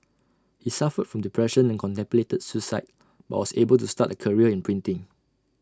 he suffered from depression and contemplated suicide but was able to start A career in printing